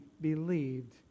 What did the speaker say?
believed